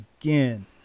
Again